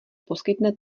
poskytne